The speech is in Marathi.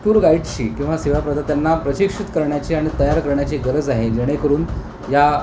टूर गाईडची किंवा सेवाप्रदात्यांना प्रशिक्षित करण्याची आणि तयार करण्याची गरज आहे जेणेकरून या